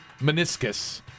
meniscus